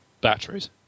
batteries